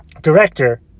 director